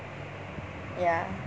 ya